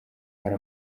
hari